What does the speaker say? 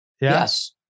Yes